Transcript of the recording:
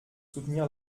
soutenir